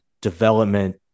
development